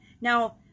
now